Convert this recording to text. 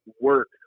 work